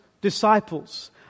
disciples